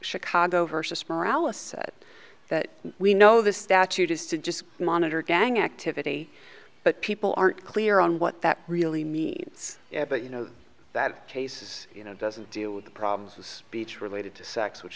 chicago versus morale is said that we know this statute is to just monitor gang activity but people aren't clear on what that really means but you know that case is you know doesn't deal with the problems was beach related to sex which